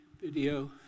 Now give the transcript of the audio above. video